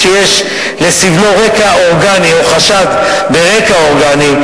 שיש לסבלו רקע אורגני או חשד ברקע אורגני,